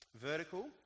Vertical